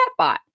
chatbot